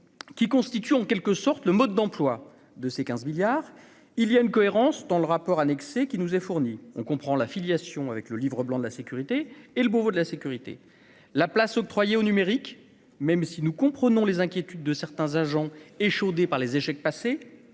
qui constitue en quelque sorte le mode d'emploi de ces 15 milliards il y a une cohérence dans le rapport annexé qui nous est fournie, on comprend la filiation avec le livre blanc de la sécurité et le bureau de la sécurité, la place octroyée au numérique, même si nous comprenons les inquiétudes de certains agents, échaudés par les échecs passés